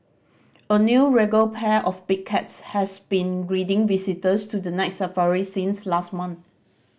a new regal pair of big cats has been greeting visitors to the Night Safari since last month